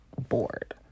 bored